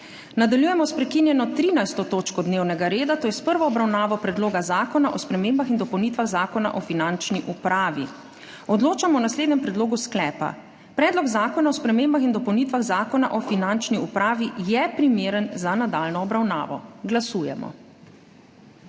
Nadaljujemo s prekinjeno 13. točko dnevnega reda, to je s prvo obravnavo Predloga zakona o spremembah in dopolnitvah Zakona o finančni upravi. Odločamo o naslednjem predlogu sklepa: Predlog zakona o spremembah in dopolnitvah Zakona o finančni upravi je primeren za nadaljnjo obravnavo. Glasujemo.